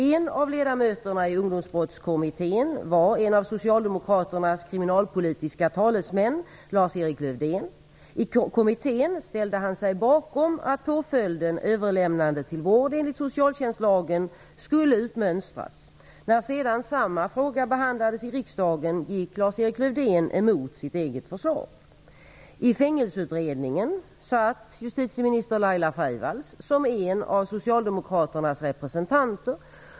En av ledamöterna i Ungdomsbrottskommittén var en av socialdemokraternas kriminalpolitiska talesmän, Lars-Erik Lövdén. I kommittén ställde han sig bakom att påföljden överlämnande till vård enligt socialtjänstlagen skulle utmönstras. När sedan samma fråga behandlades i riksdagen gick Lars-Erik Lövdén emot sitt eget förslag. Freivalds som en av socialdemokraternas representanter.